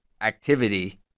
activity